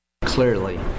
clearly